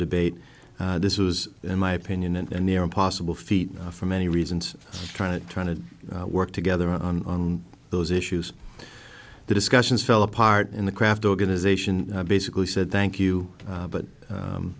debate this was in my opinion and near impossible feat for many reasons trying to trying to work together on those issues the discussions fell apart in the craft organization basically said thank you but